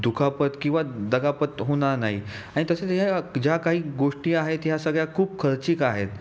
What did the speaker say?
दुखापत किंवा दगापत होणार नाही आणि तसंच ह्या ज्या काही गोष्टी आहेत ह्या सगळ्या खूप खर्चिक आहेत